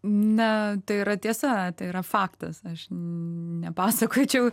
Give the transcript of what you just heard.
ne tai yra tiesa yra faktas aš nepasakočiau